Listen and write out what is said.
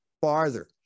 farther